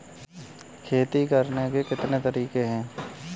खेती करने के कितने तरीके हैं?